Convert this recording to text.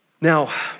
Now